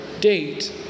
date